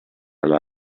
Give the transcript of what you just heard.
alla